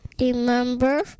Remember